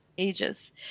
Ages